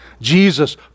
Jesus